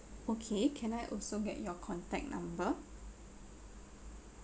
okay can I also get your contact number